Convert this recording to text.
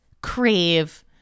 crave